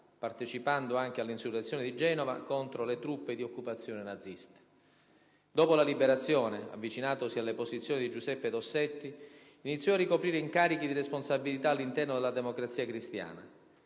partecipando anche all'insurrezione di Genova contro le truppe di occupazione naziste. Dopo la Liberazione, avvicinatosi alle posizioni di Giuseppe Dossetti, iniziò a ricoprire incarichi di responsabilità all'interno della Democrazia Cristiana: